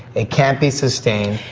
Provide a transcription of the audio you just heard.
it can't be sustained.